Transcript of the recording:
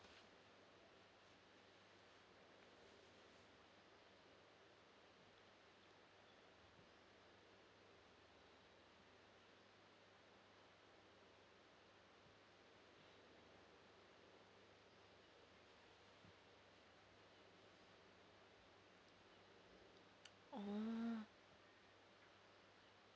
oh